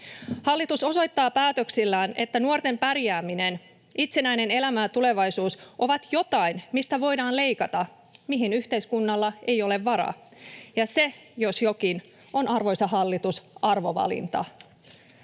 Hallitus osoittaa päätöksillään, että nuorten pärjääminen, itsenäinen elämä ja tulevaisuus ovat jotain, mistä voidaan leikata, mihin yhteiskunnalla ei ole varaa — ja se, jos jokin, arvoisa hallitus, on arvovalinta.